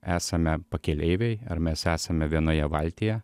esame pakeleiviai ar mes esame vienoje valtyje